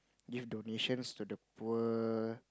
give donations to the poor